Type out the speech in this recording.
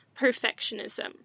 perfectionism